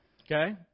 Okay